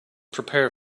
prepare